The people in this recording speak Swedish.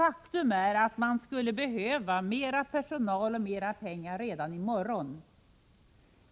Faktum är att det skulle behövas mer personal och mera pengar redan i morgon.